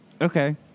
Okay